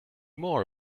more